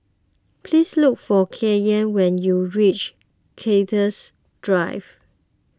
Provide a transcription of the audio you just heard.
please look for Kanye when you reach Cactus Drive